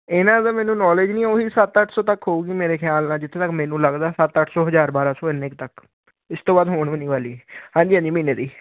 ਇਹਨਾਂ ਦਾ ਮੈਨੂੰ ਨੌਲੇਜ ਨਹੀਂ ਉਹੀ ਸੱਤ ਅੱਠ ਸੋ ਤੱਕ ਹੋਊਗੀ ਮੇਰੇ ਖਿਆਲ ਨਾਲ ਜਿੱਥੋਂ ਤੱਕ ਮੈਨੂੰ ਲੱਗਦਾ ਸੱਤ ਅੱਠ ਸੋ ਹਜਾਰ ਬਾਰਾਂ ਸੋ ਐਨੇ ਕ ਤੱਕ ਇਸ ਤੋਂ ਵੱਧ ਹੋਣ ਵੀ ਨੀ ਵਾਲੀ ਹਾਂਜੀ ਹਾਂਜੀ ਮਹੀਨੇ ਦੀ